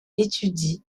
étudie